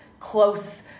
Close